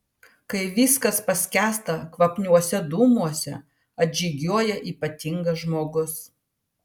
kai viskas paskęsta kvapniuose dūmuose atžygiuoja ypatingas žmogus